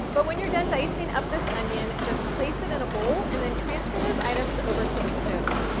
but when you're done dicing up this onion, just place it in a bowl and then transfer those items over to the stove.